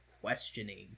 questioning